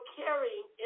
carrying